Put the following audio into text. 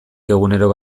egunero